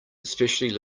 especially